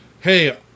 hey